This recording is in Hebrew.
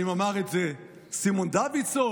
האם אמר את זה סימון דוידסון?